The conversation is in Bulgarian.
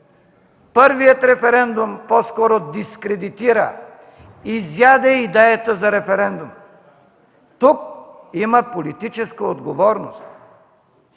първият референдум по-скоро дискредитира, изяде идеята за референдум. Тук има политическа отговорност